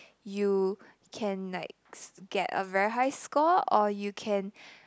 you can like s~ get a very high score or you can